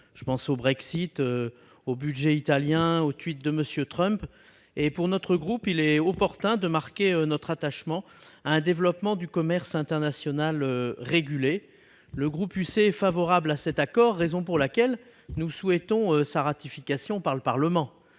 Je pense au Brexit, au budget italien et aux tweets de M. Trump. Pour mon groupe, il est opportun de marquer notre attachement à un développement du commerce international régulé. Le groupe Union Centriste est favorable au CETA, raison pour laquelle nous souhaitons sa ratification par le Parlement.